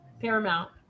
Paramount